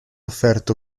offerto